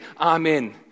amen